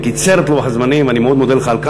קיצר את לוח הזמנים ואני באמת מודה לך על כך.